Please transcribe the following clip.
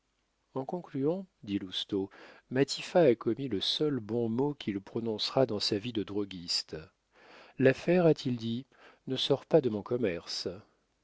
en concluant dit lousteau matifat a commis le seul bon mot qu'il prononcera dans sa vie de droguiste l'affaire a-t-il dit ne sort pas de mon commerce